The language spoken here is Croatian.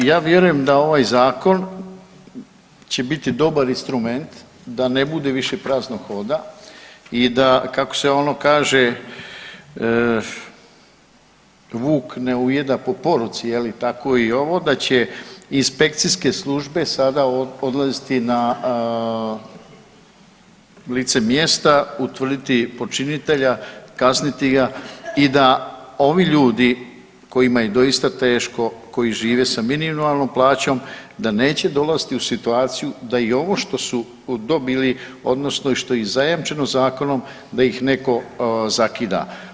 Da, ja vjerujem da ovaj zakon će biti dobar instrument da ne bude više praznog hoda i da kako se ono kaže vuk ne ujeda po poruci, tako i ovo da će inspekcijske službe sada odlaziti na lice mjesta utvrditi počinitelja, kazniti ga i da ovi ljudi kojima je doista teško, koji žive sa minimalnom plaćom da neće dolaziti u situaciju da i ovo što su dobili odnosno što im je zajamčeno zakonom da ih netko zakida.